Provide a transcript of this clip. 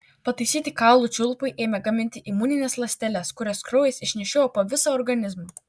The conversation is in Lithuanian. pataisyti kaulų čiulpai ėmė gaminti imunines ląsteles kurias kraujas išnešiojo po visą organizmą